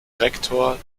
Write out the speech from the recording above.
rektor